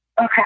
Okay